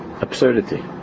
absurdity